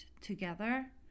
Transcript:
together